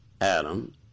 Adam